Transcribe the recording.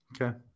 Okay